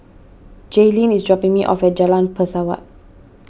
Jaylin is dropping me off at Jalan Pesawat